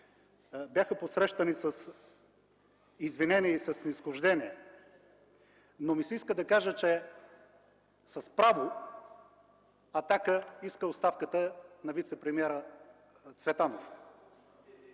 бяха посрещани с извинение и със снизхождение. Иска ми се да кажа обаче, че с право „Атака” иска оставката на вицепремиера Цветанов.